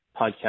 podcast